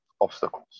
obstacles